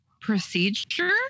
procedure